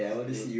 it'll